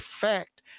fact